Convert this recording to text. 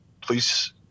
please